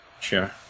sure